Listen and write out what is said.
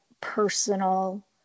personal